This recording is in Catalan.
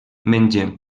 mengen